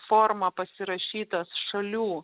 forma pasirašytas šalių